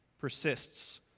persists